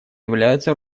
являются